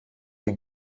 den